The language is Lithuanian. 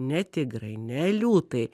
ne tigrai ne liūtai